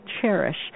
cherish